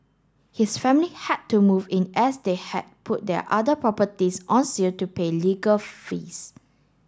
his family had to move in as they had put their other properties on sale to pay legal fees